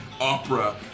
Opera